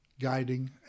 guiding